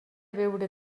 beure